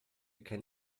kein